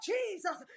Jesus